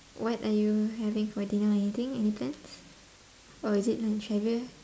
what are you having for dinner anything any plans or is it on